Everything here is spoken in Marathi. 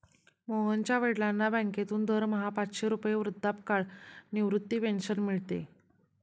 मोहनच्या वडिलांना बँकेतून दरमहा पाचशे रुपये वृद्धापकाळ निवृत्ती पेन्शन मिळते